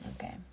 Okay